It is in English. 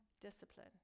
discipline